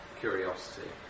curiosity